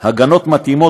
הגנות מתאימות,